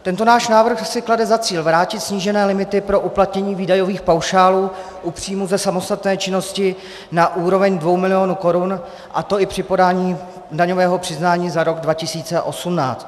Tento náš návrh si klade za cíl vrátit snížené limity pro uplatnění výdajových paušálů u příjmů ze samostatné činnosti na úroveň 2 milionů korun, a to i při podání daňového přiznání za rok 2018.